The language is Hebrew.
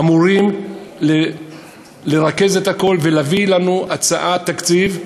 אמור לרכז את הכול ולהביא לנו הצעת תקציב,